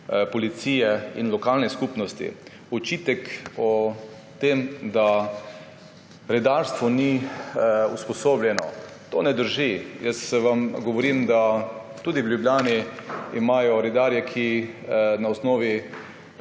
policije in lokalne skupnosti. Očitek o tem, da redarstvo ni usposobljeno, ne drži. Govorim vam, da imajo tudi v Ljubljani redarje, ki na osnovi